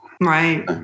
Right